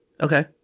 Okay